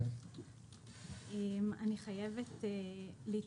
אני חייבת להתייחס.